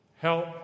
help